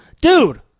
Dude